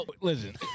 Listen